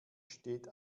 steht